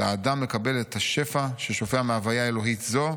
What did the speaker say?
והאדם מקבל את השפע ששופע מהוויה אלוהית זו: